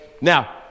now